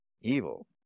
Evil